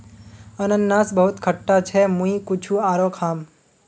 अनन्नास बहुत खट्टा छ मुई कुछू आरोह खाम